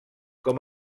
com